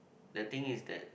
the thing is that